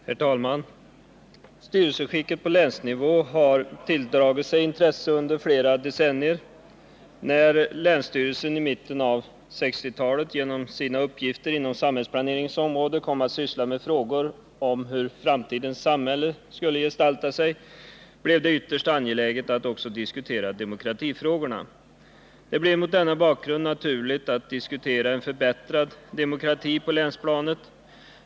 Herr talman! Styrelseskicket på länsnivå har tilldragit sig intresse under flera decennier. När länsstyrelserna i mitten av 1960-talet genom sina uppgifter inom samhällsplaneringens område kom att syssla med frågor om hur framtidens samhälle skulle gestalta sig blev det ytterst angeläget att också diskutera demokratifrågorna. Det blev mot denna bakgrund naturligt att diskutera en förbättrad demokrati på länsplanet.